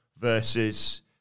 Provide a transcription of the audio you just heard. versus